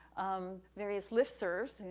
um, various list serves,